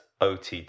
OTT